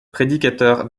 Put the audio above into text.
prédicateur